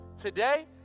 Today